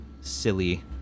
silly